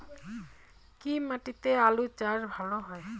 কি মাটিতে আলু চাষ ভালো হয়?